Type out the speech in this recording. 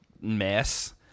mess